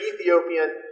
Ethiopian